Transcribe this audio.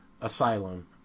Asylum